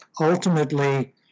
Ultimately